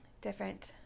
different